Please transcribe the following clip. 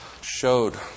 showed